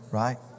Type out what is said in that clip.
right